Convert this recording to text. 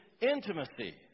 intimacy